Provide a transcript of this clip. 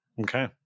okay